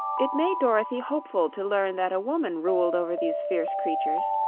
it made dorothy hopeful to learn that a woman ruled over these fierce creatures,